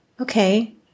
okay